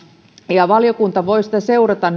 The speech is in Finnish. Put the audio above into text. ja valiokunta voi sitä seurata